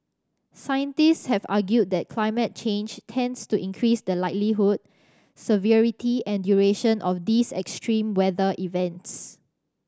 scientist have argued that climate change tends to increase the likelihood severity and duration of these extreme weather events